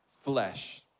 flesh